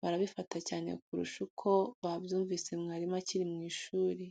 barabifata cyane kurusha uko babyumvise mwarimu akiri mu ishuri.